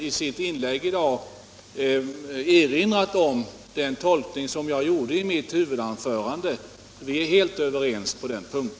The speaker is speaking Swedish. i sitt inlägg i dag instämt i den tolkning jag framförde i mitt huvudanförande. Vi är helt överens på den punkten.